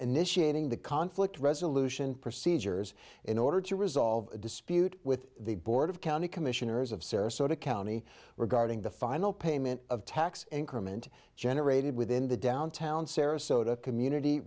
initiating the conflict resolution procedures in order to resolve a dispute with the board of county commissioners of sarasota county regarding the final payment of tax increment generated within the downtown sarasota community